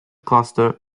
cluster